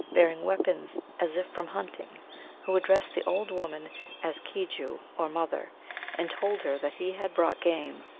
bearing weapons as if from hunting who addressed the old woman as kejoo, or mother and told her that he had brought game.